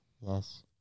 Yes